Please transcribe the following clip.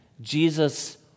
Jesus